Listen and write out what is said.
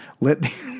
Let